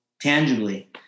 tangibly